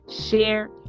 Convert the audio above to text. share